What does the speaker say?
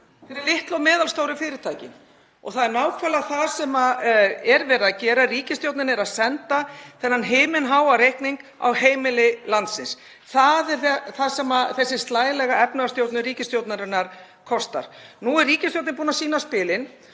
fyrir litlu og meðalstóru fyrirtækin. Það sem er nákvæmlega verið að gera er að ríkisstjórnin er að senda þennan himinháa reikning á heimili landsins. Það er það sem þessi slælega efnahagsstjórnun ríkisstjórnarinnar kostar. Nú er ríkisstjórnin búin að sýna á spilin.